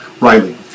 Riley